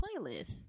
playlist